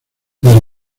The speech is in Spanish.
las